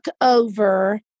over